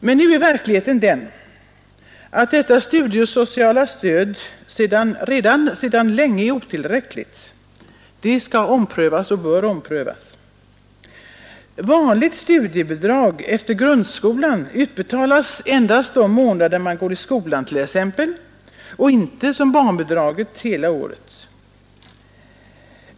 Men nu är verkligheten den att detta studiesociala stöd sedan länge är otillräckligt. Det bör omprövas och måste omprövas. Vanligt studiebidrag efter grundskolan utbetalas endast de månader man går i skolan t.ex. och inte som barnbidraget hela året.